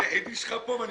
אני היחידי שלך פה ואני